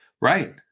Right